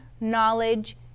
knowledge